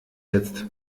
jetzt